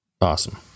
Awesome